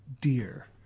dear